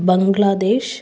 Bangladesh